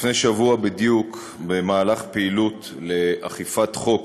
לפני שבוע בדיוק, במהלך פעילות לאכיפת חוק